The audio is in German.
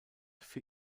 für